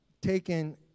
taken